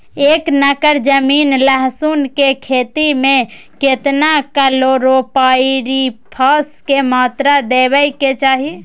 एक एकर जमीन लहसुन के खेती मे केतना कलोरोपाईरिफास के मात्रा देबै के चाही?